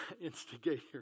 Instigator